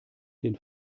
den